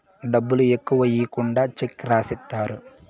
డబ్బులు ఎక్కువ ఈకుండా చెక్ రాసిత్తారు